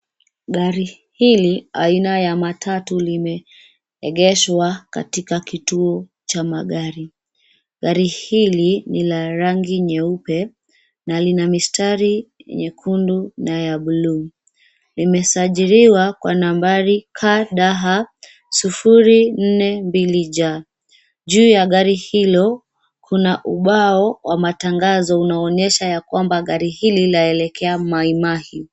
Gari hili aina ya matatu limeegeshwa katika kituo cha magari. Gari hili ni la rangi nyeupe na lina mistari nyekundu na ya bluu. Limesajiliwa kwa nambari KDH 042J . Juu ya gari hilo kuna ubao wa matangazo unaonyesha ya kwamba gari hili laelekea MaiMahiu .